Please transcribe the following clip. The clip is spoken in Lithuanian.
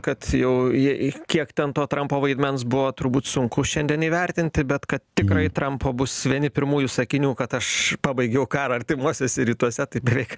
kad jau jie į kiek ten to trampo vaidmens buvo turbūt sunku šiandien įvertinti bet kad tikrai trampo bus vieni pirmųjų sakinių kad aš pabaigiau karą artimuosiuose rytuose tai beveik